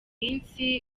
minsi